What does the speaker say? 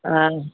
हा